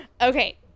Okay